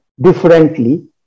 differently